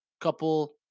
couple